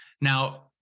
Now